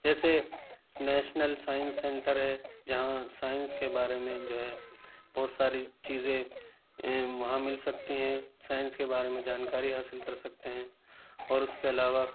جیسے national science centre ہے جہاں سائنس کے بارے میں جو ہے بہت ساری چیزیں وہاں مل سکتی ہیں سائنس کے بارے میں جانکاری حاصل کر سکتے ہیں اور اس کے علاوہ